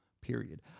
period